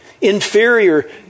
inferior